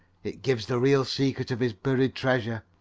it gives the real secret of his buried treasure.